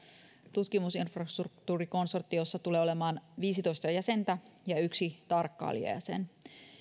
tutkimusinfrastruktuurikonsortiossa tulee olemaan viisitoista jäsentä ja yhden tarkkailijajäsen